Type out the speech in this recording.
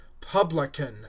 publican